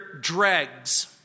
dregs